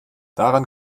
daran